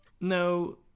No